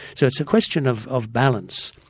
so it's a question of of balance,